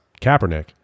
Kaepernick